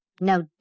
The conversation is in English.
No